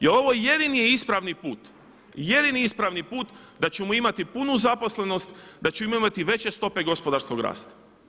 Jer ovo jedini je ispravni put, jedini ispravni put da ćemo imati punu zaposlenost, da ćemo imati veće stope gospodarskog rasta.